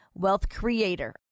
WealthCreator